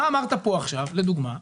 מה אמרת כאן עכשיו, לדוגמה?